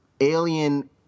alien